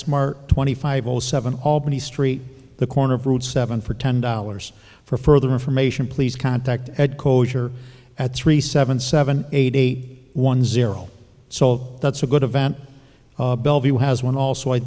gas mart twenty five zero seven albany street the corner of route seven for ten dollars for further information please contact ed cocksure at three seven seven eight a one zero so that's a good event bellevue has one also i